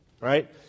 right